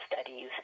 studies